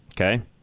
Okay